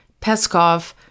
Peskov